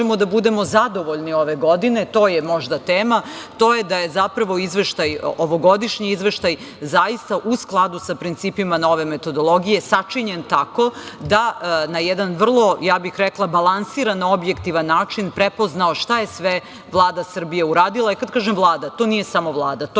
da budemo zadovoljni ove godine, to je možda tema. To je da je zapravo ovogodišnji izveštaj zaista u skladu sa principima nove metodologije, sačinjen tako da na jedan vrlo balansiran, objektivan način prepoznao šta je sve Vlada Srbije uradila. Kada kažem Vlada, to nije samo Vlada, to